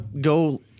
go